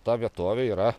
ta vietovė yra